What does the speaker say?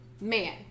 man